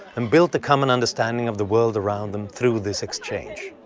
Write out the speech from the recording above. and built a common understanding of the world around them through this exchange.